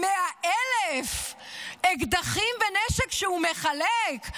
ב-100,000 אקדחים ונשק שהוא מחלק?